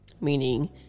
meaning